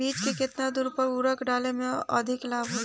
बीज के केतना दूरी पर उर्वरक डाले से अधिक लाभ होला?